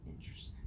interesting